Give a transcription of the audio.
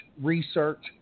research